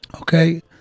Okay